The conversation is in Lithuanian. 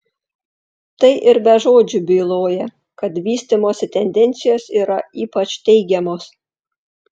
tai ir be žodžių byloja kad vystymosi tendencijos yra ypač teigiamos